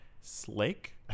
Slake